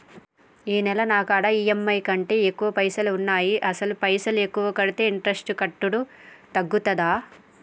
ఈ నెల నా కాడా ఈ.ఎమ్.ఐ కంటే ఎక్కువ పైసల్ ఉన్నాయి అసలు పైసల్ ఎక్కువ కడితే ఇంట్రెస్ట్ కట్టుడు తగ్గుతదా?